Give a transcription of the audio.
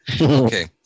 Okay